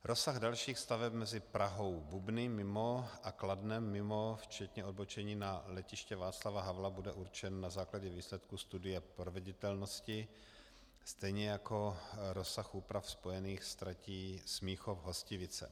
Rozsah dalších staveb mezi PrahouBubny mimo a Kladnem mimo včetně odbočení na Letiště Václava Havla bude určen na základě výsledku studie proveditelnosti, stejně jako rozsah úprav, spojených s tratí SmíchovHostivice.